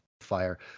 fire